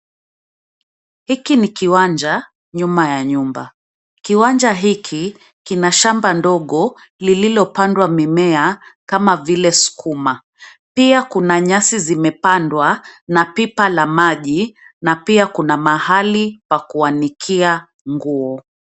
Hiki ni kiwanja nyuma ya nyumba. Kiwanja hiki kina shamba ndogo lililopandwa mimea kama vile sukuma. Pia kuna nyasi zimepandwa na pipa la maji na pia kuna mahali pa kuanikia nguo.